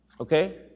okay